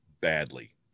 badly